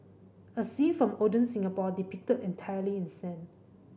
a scene from olden Singapore depicted entirely in sand